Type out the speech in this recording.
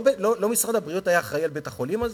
לא משרד הבריאות היה אחראי לבית-החולים הזה?